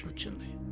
chandi